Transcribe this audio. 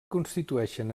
constitueixen